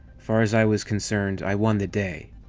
far as i was concerned, i won the day.